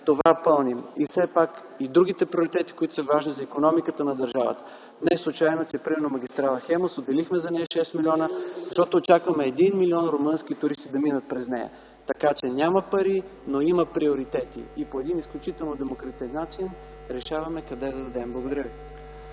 Все пак и другите приоритети, които са важни за икономиката на държавата. Не е случайно, че например за магистрала „Хемус” отделихме 6 млн. лв., защото очакваме 1 милион румънски туристи да минат през нея. Така че пари няма, но има приоритети и по един изключително демократичен начин решаваме къде да дадем. Благодаря ви.